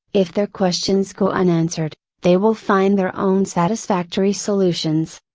if their questions go unanswered, they will find their own satisfactory solutions.